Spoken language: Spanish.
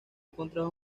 contrajo